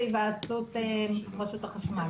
היוועצות עם רשות החשמל.